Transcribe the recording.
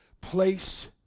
place